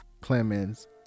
clemens